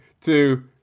two